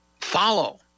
follow